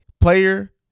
player